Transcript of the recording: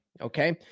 okay